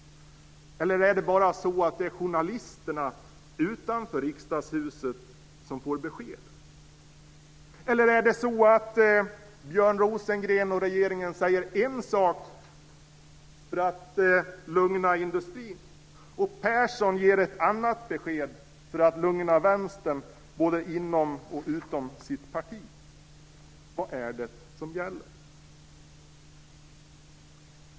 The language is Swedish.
Eller är det bara journalisterna utanför Riksdagshuset som får besked? Eller säger Björn Rosengren och regeringen en sak för att lugna industrin och Persson ger ett annat besked för att lugna Vänstern både inom och utanför sitt parti? Vad är det som gäller?